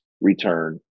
return